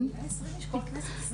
זה לא רק לשים תמונת ראי.